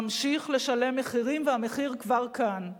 נמשיך לשלם מחירים, והמחיר כבר כאן.